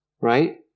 Right